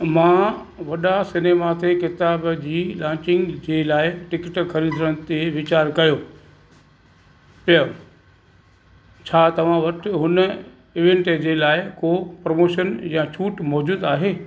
मां वॾा सिनेमा ते किताब जी लांचिंग जे लाइ टिकट ख़रीदण ते वीचारु कयो पिया छा तव्हां वटि हुन इवेंट जे लाइ को प्रमोशन या छूट मौजूदु आहे